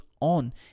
on